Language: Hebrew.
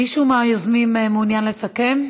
מישהו מהיוזמים מעוניין לסכם?